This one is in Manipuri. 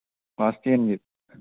ꯀ꯭ꯂꯥꯁ ꯇꯦꯟꯒꯤ